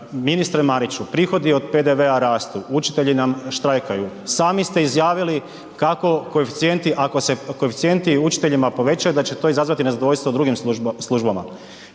Ministre Mariću, prihodi od PDV-a rastu, učitelji nam štrajkaju, sami ste izjavili kako koeficijenti, ako se koeficijenti učiteljima povećaju da će to izazvati nezadovoljstvo u drugim službama.